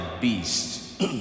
beast